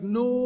no